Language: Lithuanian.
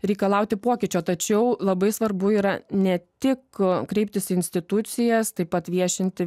reikalauti pokyčio tačiau labai svarbu yra ne tik kreiptis į institucijas taip pat viešinti